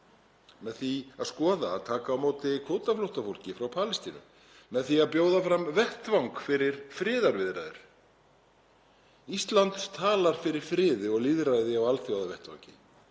með því að skoða að taka á móti kvótaflóttafólki frá Palestínu, með því að bjóða fram vettvang fyrir friðarviðræður. Ísland talar fyrir friði og lýðræði á alþjóðavettvangi.